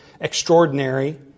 extraordinary